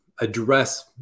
address